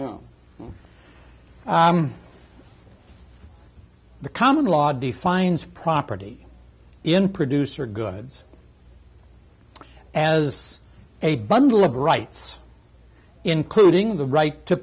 on the common law defines property in producer goods as a bundle of rights including the right to